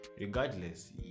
Regardless